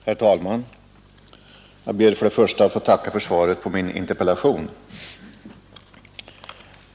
Herr talman! Jag ber att få tacka för svaret på min interpellation.